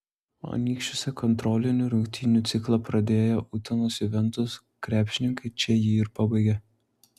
anykščiuose kontrolinių rungtynių ciklą pradėję utenos juventus krepšininkai čia jį ir pabaigė